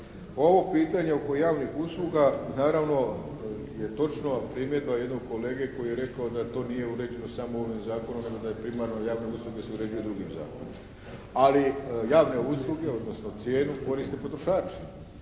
Ovo pitanje oko javnih usluga naravno je točno. Primjedba jednog kolege koji je rekao da to nije uređeno samo ovim zakonom nego da je primarno jer javne usluge se uređuju drugim zakonima. Ali javne usluge, odnosno cijenu koriste potrošači.